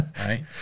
Right